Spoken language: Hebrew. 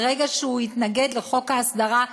ברגע שהוא התנגד לחוק ההסדרה,